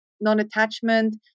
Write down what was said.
non-attachment